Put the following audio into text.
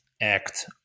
act